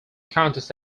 contest